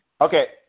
Okay